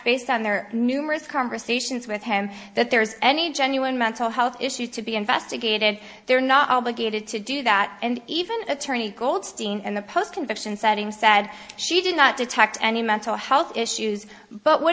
based on their numerous conversations with him that there's any genuine mental health issues to be investigated they're not obligated to do that and even attorney goldstein and the post conviction citing said she did not detect any mental health issues but would